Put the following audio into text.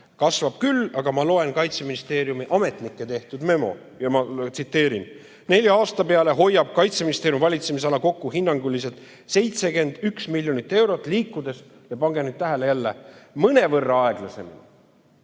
Kasvab küll, aga ma loen Kaitseministeeriumi ametnike tehtud memo ja tsiteerin seda: nelja aasta peale hoiab Kaitseministeeriumi valitsemisala kokku hinnanguliselt 71 miljonit eurot, liikudes – ja pange nüüd tähele jälle! – mõnevõrra aeglasemini.